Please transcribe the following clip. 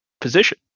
position